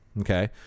okay